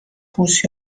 بوس